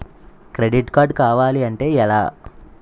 Credit card కావాలి అంటే ఎలా?